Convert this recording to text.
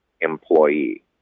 employee